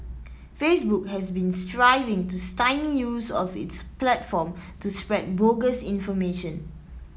Facebook has been striving to stymie use of its platform to spread bogus information